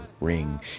ring